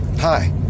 hi